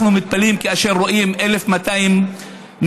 אנחנו מתפלאים כאשר אנחנו רואים 1,200 נרצחים